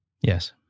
Yes